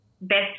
best